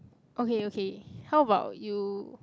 okay okay how about you